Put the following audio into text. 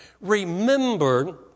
remember